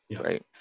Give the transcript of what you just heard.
Right